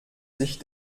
sich